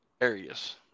areas